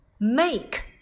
make